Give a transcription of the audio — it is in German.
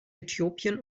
äthiopien